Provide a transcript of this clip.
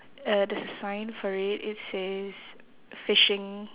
uh there's a sign for it it says fishing